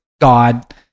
god